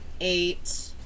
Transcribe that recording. eight